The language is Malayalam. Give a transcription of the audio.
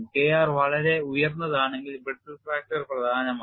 K r വളരെ ഉയർന്നതാണെങ്കിൽ brittle fracture പ്രധാനമാണ്